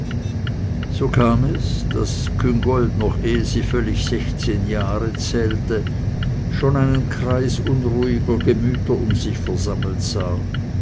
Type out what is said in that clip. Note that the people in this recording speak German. so kam es daß küngolt noch ehe sie völlig sechszehn jahre zählte schon einen kreis unruhiger gemüter um sich versammelt sah